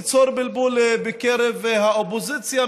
ליצור בלבול בקרב האופוזיציה,